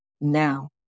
Now